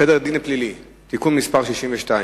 סדר הדין הפלילי (תיקון מס' 62),